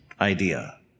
idea